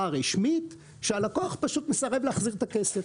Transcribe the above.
רשמית שהלקוח פשוט מסרב להחזיר את הכסף.